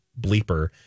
bleeper